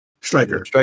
Striker